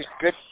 good